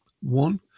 one